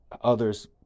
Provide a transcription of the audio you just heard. others